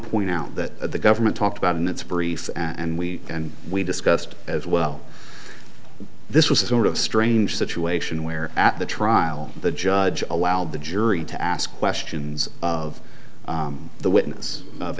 point out that the government talked about in its briefs and we and we discussed as well this was a sort of strange situation where at the trial the judge allowed the jury to ask questions of the witness